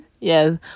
Yes